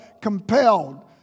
compelled